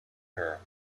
her